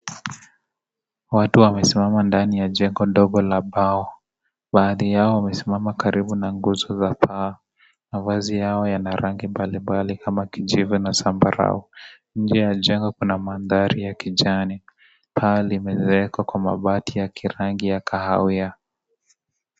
Watu wamesimama ndani ya jengo ndogo la bao. Baadhi yao wamesimama karibu na nguzo za paa. Mavazi yao yana rangi mbali mbali kama kijivu na zambarau. Nje ya jengo kuna mandhari ya kijani. Paa limezekwa kwa mabati yaki rangi ya kahawia.